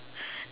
K